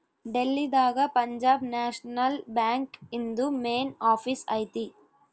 ಡೆಲ್ಲಿ ದಾಗ Punjab National Bank ಇಂದು main office ಐತಿ